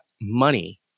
money